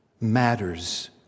matters